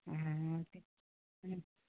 हॅं हॅं